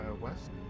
west